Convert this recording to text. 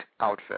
outfit